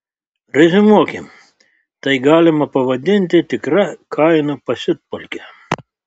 reziumuokim tai galima pavadinti tikra kainų pasiutpolke